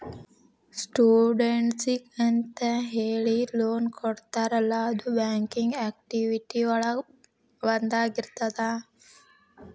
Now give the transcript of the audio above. ಸ್ಟೂಡೆಂಟ್ಸಿಗೆಂತ ಹೇಳಿ ಲೋನ್ ಕೊಡ್ತಾರಲ್ಲ ಅದು ಬ್ಯಾಂಕಿಂಗ್ ಆಕ್ಟಿವಿಟಿ ಒಳಗ ಒಂದಾಗಿರ್ತದ